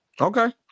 Okay